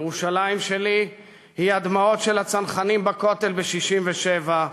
ירושלים שלי היא הדמעות של הצנחנים בכותל ב-67',